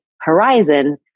horizon